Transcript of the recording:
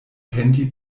penti